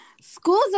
schools